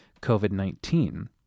COVID-19